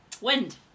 Wind